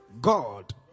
God